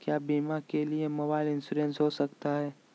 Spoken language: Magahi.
क्या बीमा के लिए मोबाइल इंश्योरेंस हो सकता है?